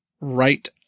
right